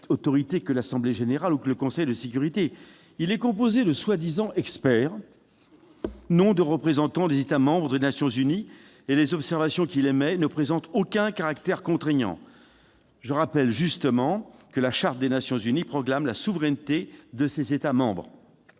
autorité que l'Assemblée générale ou le Conseil de sécurité. Il est composé de soi-disant experts, non de représentants des États membres des Nations unies, et les observations qu'il émet ne présentent aucun caractère contraignant. Je rappelle justement que la Charte des Nations unies proclame la souveraineté de ses États membres.